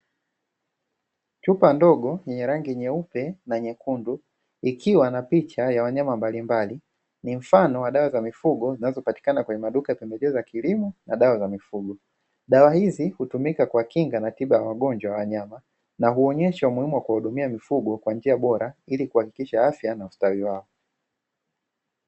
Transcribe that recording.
Chupa ndogo yenye rangi nyeupe na nyekundu ikiwa na picha ya wanyama mbalimbali. Ni mfano wa dawa za mifugo zinazopatikana kwenye maduka ya pembejeo za kilimo na dawa za mifugo. Dawa hizi hutumika kwa kinga na tiba ya wagonjwa wa wanyama na huonyesha umuhimu wa kuwahudumia mifugo kwa njia bora ili kuhakikisha afya na ustawi wao.